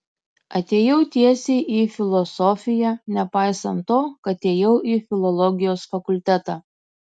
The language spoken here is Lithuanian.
atėjau tiesiai į filosofiją nepaisant to kad ėjau į filologijos fakultetą